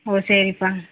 ஒ சரிப்பா